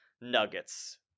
Nuggets